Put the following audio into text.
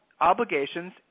obligations